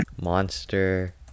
Monster